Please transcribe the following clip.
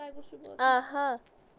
آہا